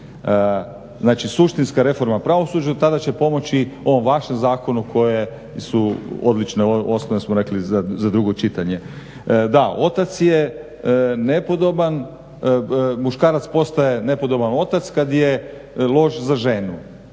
Znači, suštinska reforma u pravosuđu. Tada će pomoći ovom vašem zakonu koje su odlične oslonac smo rekli za drugo čitanje. Da, otac je nepodoban, muškarac postaje nepodoban otac kad je loš za ženu.